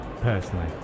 personally